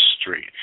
street